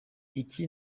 iki